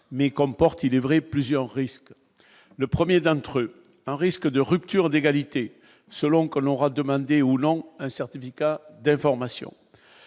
mais comporte, il est vrai, plusieurs risques : le 1er d'entre eux un risque de rupture d'égalité selon qu'on l'aura demandé ou non un certificat d'information,